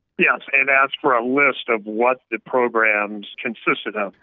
yes, and asked for a list of what the programs consisted of.